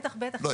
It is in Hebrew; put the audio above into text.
לא,